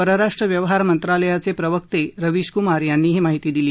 परराष्ट्र व्यवहार मंत्रालयाचे प्रवक्ता रवीश कुमार यांनी ही माहिती दिली